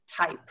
type